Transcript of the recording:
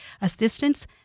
assistance